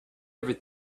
every